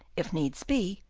if needs be,